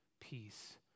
peace